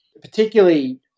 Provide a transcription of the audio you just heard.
particularly